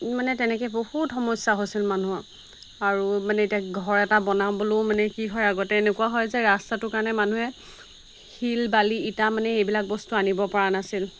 মানে তেনেকৈ বহুত সমস্যা হৈছিল মানুহৰ আৰু মানে এতিয়া ঘৰ এটা বনাবলৈও মানে কি হয় আগতে এনেকুৱা হয় যে ৰাস্তাটোৰ কাৰণে মানুহে শিল বালি ইটা মানে এইবিলাক বস্তু আনিব পৰা নাছিল